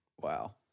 Wow